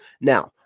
Now